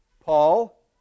Paul